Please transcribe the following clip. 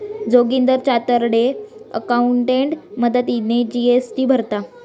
Joginder chartered accountant मदतीने GST भरता